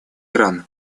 иран